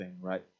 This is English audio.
right